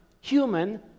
Human